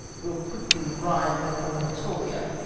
will quickly ride before natolia,